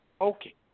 Okay